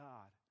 God